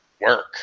work